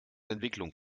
entwicklung